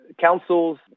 Councils